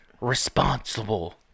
responsible